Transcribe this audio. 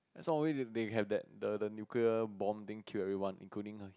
that's all they they had that the the nuclear bomb thing killed everything including her